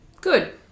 Good